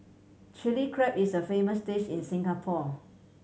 Chilli Crab is a famous dish in Singapore